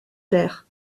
terres